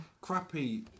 crappy